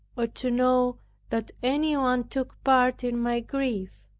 or to know that anyone took part in my grief,